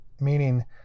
Meaning